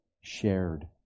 shared